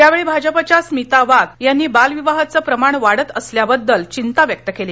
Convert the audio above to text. यावेळी भाजपाच्या स्मिता वाघ यांनी बालविवाहाचं प्रमाण वाढत असल्याबद्दल चिंता व्यक्त केली